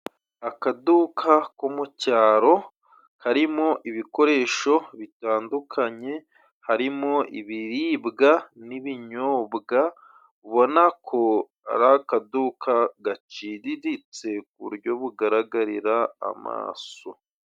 Akaduka ko mu cyaro harimo ibikoresho bitandukanye harimo ibiribwa n'ibinyobwa ubona ko ari akaduka gaciriritse ku buryo bugaragarira amaso.